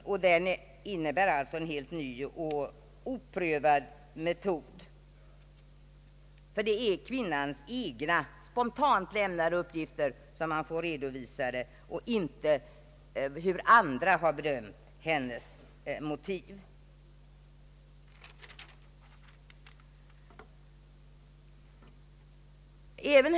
Undersökningen innebär alltså en helt ny och oprövad metod. Det är nämligen kvinnans egna, spontant lämnade uppgifter som man får redovisade och inte hur andra har bedömt hennes motiv.